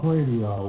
Radio